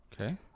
okay